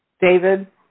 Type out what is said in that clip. David